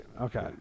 Okay